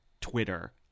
Twitter